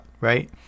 right